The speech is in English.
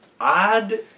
odd